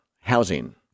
housing